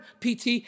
PT